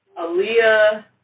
Aaliyah